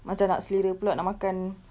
macam nak selera pula nak makan